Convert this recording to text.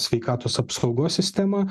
sveikatos apsaugos sistema